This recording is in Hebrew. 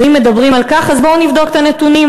ואם מדברים על כך, בואו נבדוק את הנתונים.